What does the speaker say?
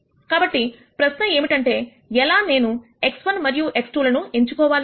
కాబట్టి ప్రశ్న ఏమిటంటే ఎలా నేను x1 మరియు x2 లను ఎంచుకోవాలి